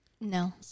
No